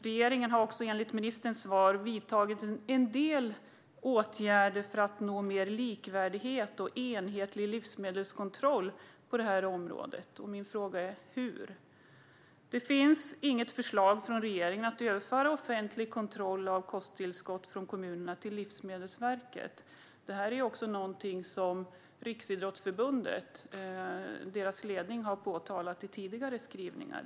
Regeringen har enligt ministerns svar vidtagit en rad åtgärder för att nå mer likvärdig och enhetlig livsmedelskontroll på det här området. Min fråga är: Hur? Det finns inget förslag från regeringen om att överföra offentlig kontroll av kosttillskott från kommunerna till Livsmedelsverket. Det här är också något som Riksidrottsförbundets ledning har påtalat i tidigare skrivningar.